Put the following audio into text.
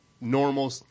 normal